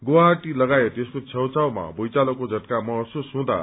गुवाहटी लगायत यसको छेउछाउमा भूईँचालोको झटका महसुस हुदैं